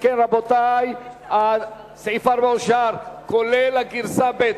אם כן, רבותי, סעיף 4 אושר, כולל גרסה ב'.